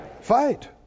Fight